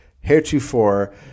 heretofore